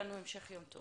המשך יום טוב.